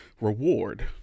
reward